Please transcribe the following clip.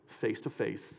face-to-face